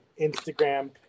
Instagram